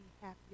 happy